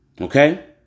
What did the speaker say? Okay